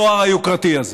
בתואר היוקרתי הזה.